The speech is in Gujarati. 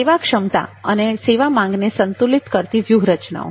સેવા ક્ષમતા અને સેવા માંગને સંતુલિત કરતી વ્યૂહરચનાઓ